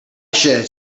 should